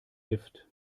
lift